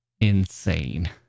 insane